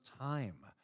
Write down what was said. time